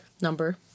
number